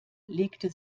legte